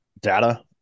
data